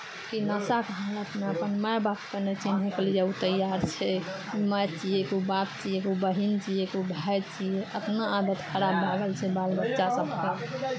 कि नशाके हालतमे अपन माय बापके नहि चिन्हयके लिए ओ तैयार छै ओ माय छियै कि ओ बाप छियै कि ओ बहिन छियै कि ओ भाय छियै अपना आदत खराब भए गेल छै बाल बच्चा सभके